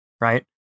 right